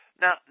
Now